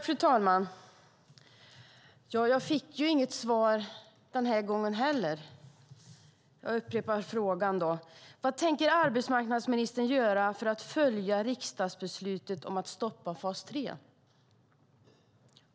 Fru talman! Jag fick inget svar den här gången heller, så jag upprepar frågan. Vad tänker arbetsmarknadsministern göra för att följa riksdagsbeslutet om att stoppa fas 3?